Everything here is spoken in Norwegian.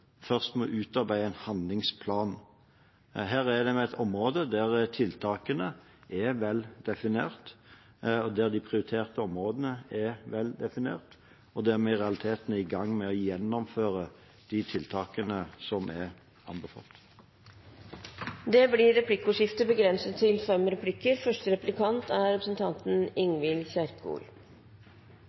først må utarbeide en handlingsplan. Her er det et område der tiltakene er vel definert, der de prioriterte områdene er vel definert, og der vi i realiteten er i gang med å gjennomføre de tiltakene som er anbefalt. Det blir replikkordskifte.